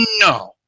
No